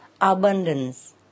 abundance